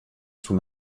sous